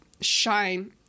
shine